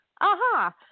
Aha